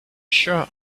sure